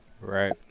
Right